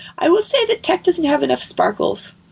i will say that tech doesn't have enough sparkles.